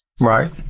right